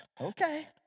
Okay